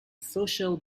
social